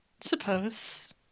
suppose